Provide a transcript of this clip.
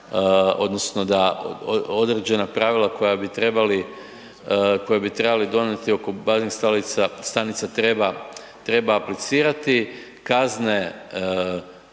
odnosno da određena pravila koja bi trebali donijeti oko baznih stanica treba aplicirati kazne